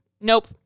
Nope